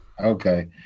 Okay